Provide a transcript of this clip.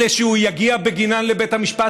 אלה שהוא יגיע בגינן לבית המשפט,